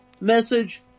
message